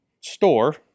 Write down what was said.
store